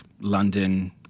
London